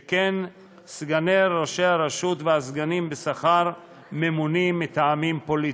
שכן סגני ראש הרשות והסגנים בשכר ממונים מטעמים פוליטיים.